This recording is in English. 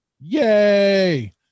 Yay